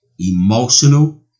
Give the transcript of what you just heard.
emotional